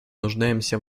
нуждаемся